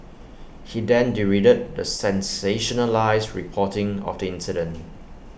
he then derided the sensationalised reporting of the incident